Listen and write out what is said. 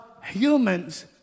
humans